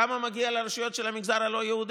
כמה מגיע לרשויות של המגזר הלא-יהודי?